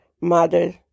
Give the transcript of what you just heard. mother